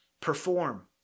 perform